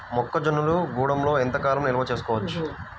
మొక్క జొన్నలు గూడంలో ఎంత కాలం నిల్వ చేసుకోవచ్చు?